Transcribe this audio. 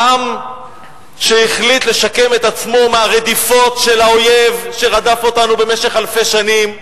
עם שהחליט לשקם את עצמו מהרדיפות של האויב שרדף אותנו במשך אלפי שנים,